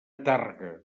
tàrrega